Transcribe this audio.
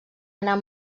anar